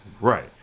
right